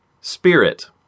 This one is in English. spirit